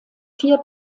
vier